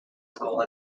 school